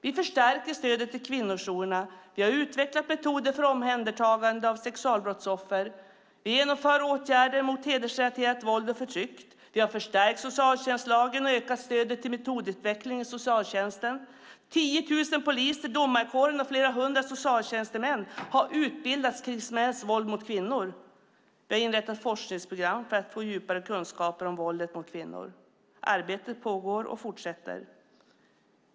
Vi förstärker stödet till kvinnojourerna. Vi har utvecklat metoder för omhändertagande av sexualbrottsoffer. Vi genomför åtgärder mot hedersrelaterat våld och förtryck. Vi har förstärkt socialtjänstlagen och ökat stödet till metodutveckling i socialtjänsten. Det är 10 000 poliser, domarkåren och flera hundra socialtjänstemän som har utbildats om mäns våld mot kvinnor. Vi har inrättat forskningsprogram för att få djupare kunskaper om våldet mot kvinnor. Arbetet pågår och fortsätter.